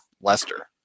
Lester